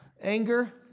anger